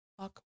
fuck